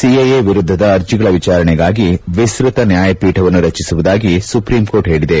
CAA ವಿರುದ್ಲದ ಅರ್ಜಿಗಳ ವಿಚಾರಣೆಗಾಗಿ ವಿಸ್ತತ ನ್ನಾಯಪೀಠವನ್ನು ರಚಿಸುವುದಾಗಿ ಸುಪ್ರೀಂಕೋರ್ಟ್ ಹೇಳದೆ